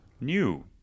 new